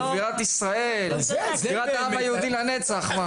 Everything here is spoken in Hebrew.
בירת ישראל ובירת העם היהודי לנצח.